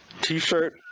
T-shirt